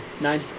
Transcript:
Nine